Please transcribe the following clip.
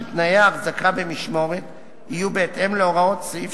תנאי ההחזקה במשמורת יהיו בהתאם להוראות סעיף